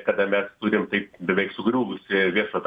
kada mes turim taip beveik sugriuvusį viešojo